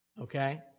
Okay